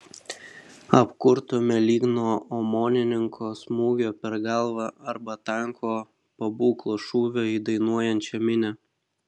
apkurtome lyg nuo omonininko smūgio per galvą arba tanko pabūklo šūvio į dainuojančią minią